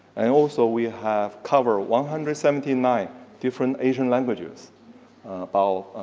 and also, we have covered one hundred seventy nine different asian languages of